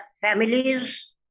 families